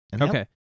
Okay